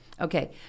okay